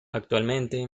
actualmente